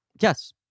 Yes